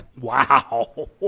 Wow